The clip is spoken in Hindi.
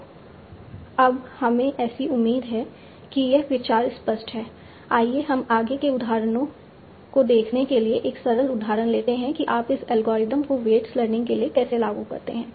तो अब हमें ऐसी उम्मीद है कि यह विचार स्पष्ट है आइए हम आगे के उदाहरणों को देखने के लिए एक सरल उदाहरण लेते हैं कि आप इस एल्गोरिदम को वेट्स लर्निंग के लिए कैसे लागू करते हैं